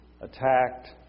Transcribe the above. attacked